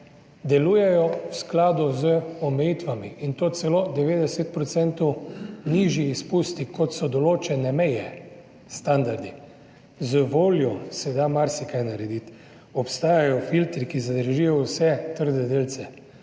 delujejo v skladu z omejitvami, in to celo z 90 % nižjimi izpusti, kot so določene meje, standardi. Z voljo se da marsikaj narediti. Obstajajo filtri, ki zadržijo vse trde delce,